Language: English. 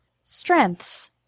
Strengths